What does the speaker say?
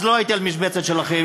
אז לא הייתי על משבצת שלכם,